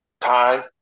Time